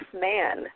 man